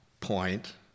point